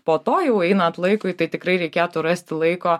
po to jau einant laikui tai tikrai reikėtų rasti laiko